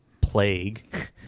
plague